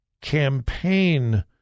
campaign